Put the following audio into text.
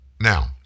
Now